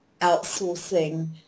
outsourcing